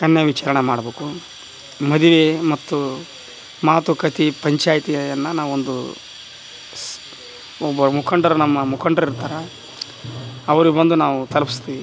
ಕನ್ಯಾ ವಿಚಾರಣೆ ಮಾಡಬೇಕು ಮದುವೆ ಮತ್ತು ಮಾತುಕತೆ ಪಂಚಾಯ್ತಿಯನ್ನ ನಾವೊಂದು ಸ್ ಒಬ್ಬ ಮುಖಂಡರು ನಮ್ಮ ಮುಖಂಡರಿರ್ತಾರ ಅವ್ರಿಗೆ ಬಂದು ನಾವು ತಲ್ಪ್ಸ್ತೀವಿ